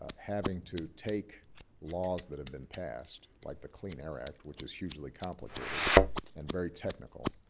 ah having to take laws that have been passed, like the clean air act, which is hugely complicated and very technical,